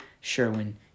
Sherwin